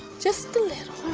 just a little.